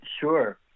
Sure